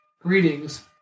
Greetings